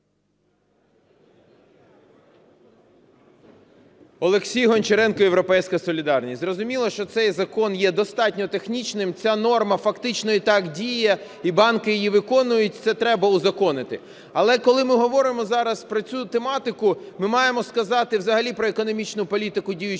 Олексій Гончаренко, "Європейська солідарність". Зрозуміло, що цей закон є достатньо технічним, ця норма фактично і так діє і банки її виконують, це треба узаконити. Але, коли ми говоримо зараз про цю тематику, ми маємо сказати взагалі про економічну політику діючої влади